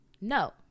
No